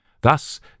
Thus